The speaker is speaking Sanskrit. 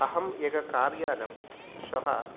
अहं एकं कार्यानं श्वः